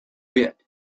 bit